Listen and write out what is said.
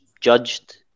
judged